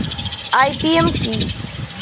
IPM কি?